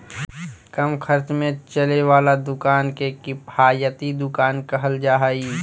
कम खर्च में चले वाला दुकान के किफायती दुकान कहल जा हइ